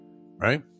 Right